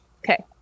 Okay